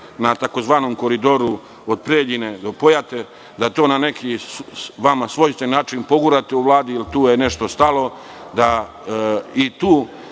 na tzv. Koridoru od Preljine do Pojate, da to na neki vama svojstven način pogurate u Vladi, jer tu je nešto stalo, da i tu